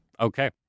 Okay